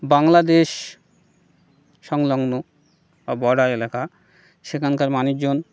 বাংলাদেশ সংলগ্ন বা বর্ডার এলাকা সেখানকার মানুষজন